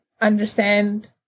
understand